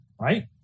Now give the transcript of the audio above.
right